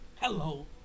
Hello